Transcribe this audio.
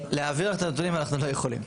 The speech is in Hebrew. להעביר לך את הנתונים אנחנו לא יכולים.